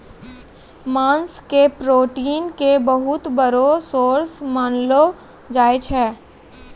मांस के प्रोटीन के बहुत बड़ो सोर्स मानलो जाय छै